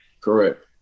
correct